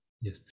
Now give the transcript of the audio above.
Yes